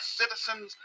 citizens